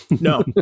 No